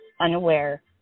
unaware